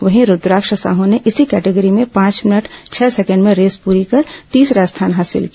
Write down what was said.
वहीं रूद्राक्ष साह ने इसी केटेगिरी में पांच मिनट छह सेंकेंड में रेस पूरी कर तीसरा स्थान हासिल किया